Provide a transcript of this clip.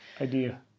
idea